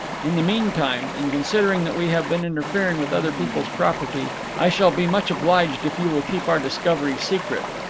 in the meantime, and considering that we have been interfering with other people's property, i shall be much obliged if you will keep our discovery secret.